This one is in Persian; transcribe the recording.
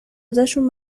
ازشون